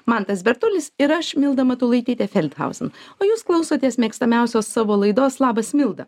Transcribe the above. mantas bertulis ir aš milda matulaitytė feldhausen o jūs klausotės mėgstamiausios savo laidos labas milda